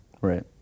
Right